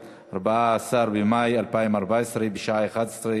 14, אין נמנעים,